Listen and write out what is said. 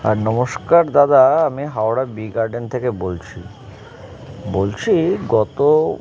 আর নমস্কার দাদা আমি হাওড়া বি গার্ডেন থেকে বলছি বলছি গত